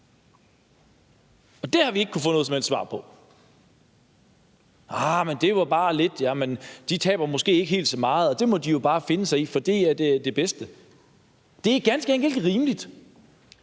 Og det har vi ikke kunnet få noget som helst svar på – andet end: Arh, de taber måske ikke helt så meget, og det må de jo bare finde sig i, for det er det bedste. Det er ganske enkelt